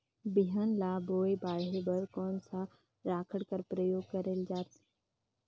बिहान ल बोये बाढे बर कोन सा राखड कर प्रयोग करले जायेल?